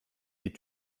die